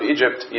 Egypt